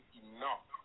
enough